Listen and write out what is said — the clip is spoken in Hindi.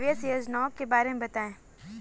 निवेश योजनाओं के बारे में बताएँ?